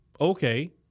Okay